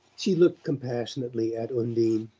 she looked compassionately at undine.